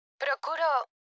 Procuro